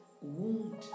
wound